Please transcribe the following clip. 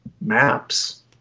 Maps